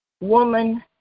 Woman